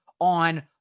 on